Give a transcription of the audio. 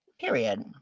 Period